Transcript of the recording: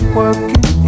working